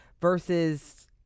versus